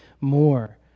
more